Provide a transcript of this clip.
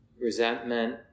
resentment